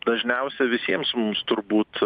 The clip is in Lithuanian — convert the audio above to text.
dažniausiai visiems mums turbūt